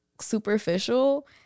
superficial